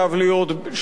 הוא יכול להיות 3%,